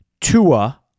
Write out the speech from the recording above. Tua